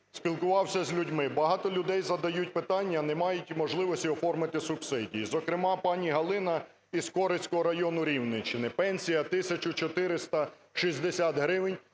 спілкувався з людьми, багато людей задають питання? не мають можливості оформити субсидії. Зокрема, пані Галина із Корецького району Рівненщини: пенсія – 1460 гривень,